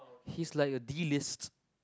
he is like a D list